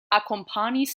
akompanis